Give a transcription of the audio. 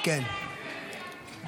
(קורא בשמות חברי הכנסת)